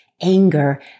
anger